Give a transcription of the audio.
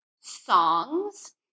songs